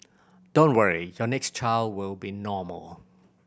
don't worry your next child will be normal